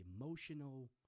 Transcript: emotional